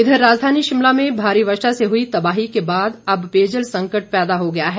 इधर राजधानी शिमला में भारी वर्षा से हुई तबाही के बाद अब पेयजल संकट पैदा हो गया है